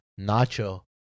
Nacho